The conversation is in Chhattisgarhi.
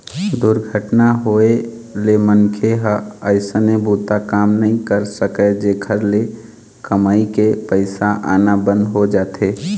दुरघटना होए ले मनखे ह अइसने बूता काम नइ कर सकय, जेखर ले कमई के पइसा आना बंद हो जाथे